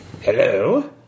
Hello